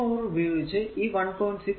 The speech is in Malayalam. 4 ഉം ഉപയോഗിച്ച് ഈ 1